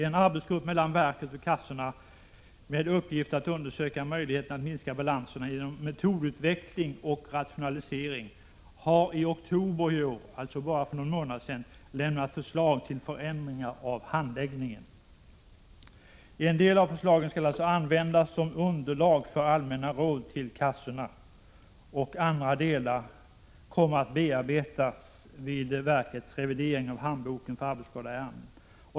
En arbetsgrupp mellan verket och kassorna med uppgift att undersöka möjligheten att minska balanserna genom metodutveckling och rationalisering har i oktober i år — alltså bara för någon månad sedan — lämnat förslag till förändringar av handläggningen. En del av förslagen skall användas som underlag för allmänna råd till kassorna. Andra delar kommer att bearbetas vid verkets revidering av handboken för arbetsskadeärenden.